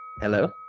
Hello